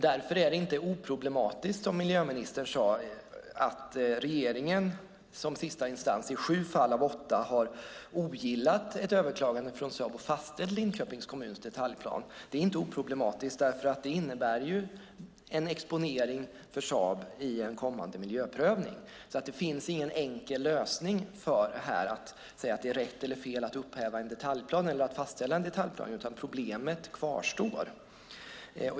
Därför är det inte oproblematiskt, som miljöministern sade, att regeringen som sista instans i sju fall av åtta har ogillat ett överklagande från Saab och fastställt Linköpings kommuns detaljplan. Det är inte oproblematiskt därför att det innebär en exponering för Saab i en kommande miljöprövning. Det finns ingen enkel lösning där man säger att det är rätt eller fel att upphäva eller fastställa en detaljplan, utan problemet kvarstår.